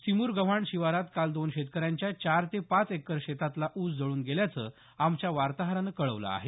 सिमुरगव्हाण शिवारात काल दोन शेतकऱ्यांच्या चार ते पाच एकर शेतातला ऊस जळून गेल्याचं आमच्या वार्ताहरानं कळवलं आहे